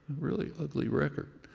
really ugly record.